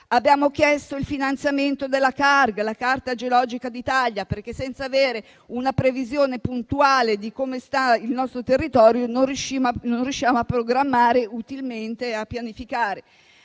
Abbiamo chiesto il finanziamento della Carta geologica d'Italia (Carg), perché, senza avere una previsione puntuale di come sta il nostro territorio, non riusciamo a programmare utilmente e a pianificare.